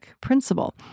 principle